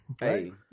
Hey